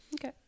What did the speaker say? Okay